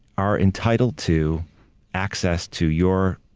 are entitled to access to your,